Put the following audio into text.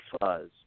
Fuzz